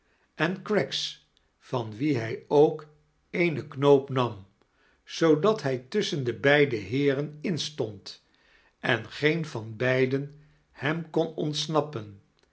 ien ctraggs van wien hij ook eene knoop nam zoodat hij tusschen de beide heeren in stond en geem van beiden hem kon ontsnappen